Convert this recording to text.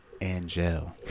Angel